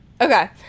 Okay